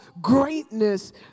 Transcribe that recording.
greatness